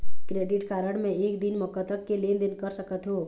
Credit card मे एक दिन म कतक के लेन देन कर सकत हो?